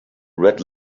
red